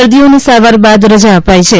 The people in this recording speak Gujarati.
દર્દીઓને સારવાર બાદ રજા અપાઈ છે